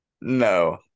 No